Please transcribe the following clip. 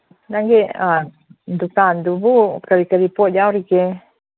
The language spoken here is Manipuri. ꯅꯪꯒꯤ ꯗꯨꯀꯥꯟꯗꯨꯕꯨ ꯀꯔꯤ ꯀꯔꯤ ꯄꯣꯠ ꯌꯥꯎꯔꯤꯒꯦ